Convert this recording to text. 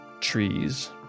trees